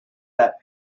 that